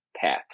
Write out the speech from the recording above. Pat